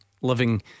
living